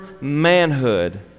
manhood